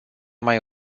mai